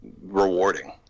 rewarding